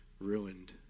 ruined